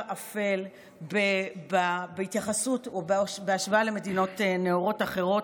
אפל בהתייחסות ובהשוואה למדינות נאורות אחרות,